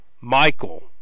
michael